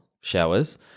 Showers